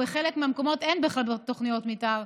בחלק מהמקומות אין בכלל תוכניות מתאר,